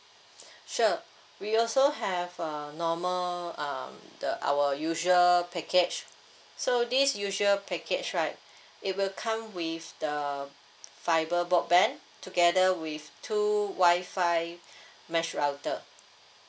sure we also have a normal um the our usual package so this usual package right it will come with the fibre broadband together with two wi-fi mesh router